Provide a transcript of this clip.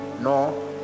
no